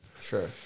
sure